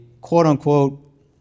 quote-unquote